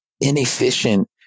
inefficient